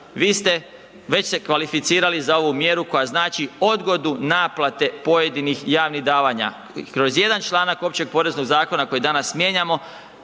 vi ste već se kvalificirali za ovu mjeru koja znači odgodu naplate pojedinih javnih davanja. Kroz jedan članak Općeg poreznog zakona koji dana mijenjamo